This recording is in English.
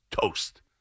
toast